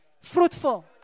fruitful